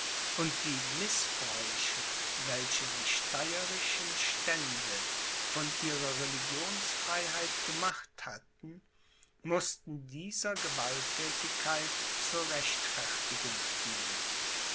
und die mißbräuche welche die steyerischen stände von ihrer religionsfreiheit gemacht hatten mußten dieser gewalttätigkeit zur rechtfertigung dienen